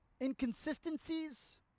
inconsistencies